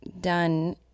done